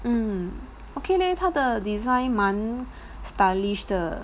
mm okay leh 他的 design 蛮 stylish 的